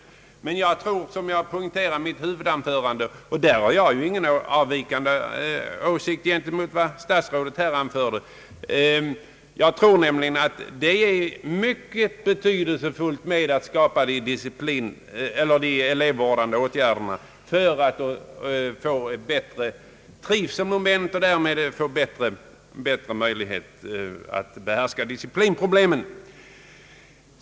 Men jag tror att de elevvårdande åtgärderna — jag poängterade detta i mitt huvudanförande och har ingen avvikande åsikt därvidlag gentemot vad statsrådet här anförde — är mycket betydelsefulla när det gäller att förbättra trivseln och därmed få större möjligheter att behärska disciplinproblemen.